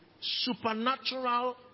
supernatural